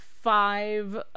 five